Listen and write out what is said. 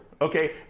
okay